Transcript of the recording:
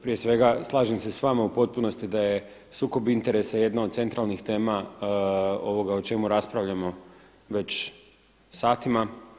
Prije svega slažem se s vama u potpunosti da je sukob interesa jedna od centralnih tema ovoga o čemu raspravljamo već satima.